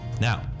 Now